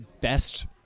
best